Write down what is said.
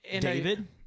David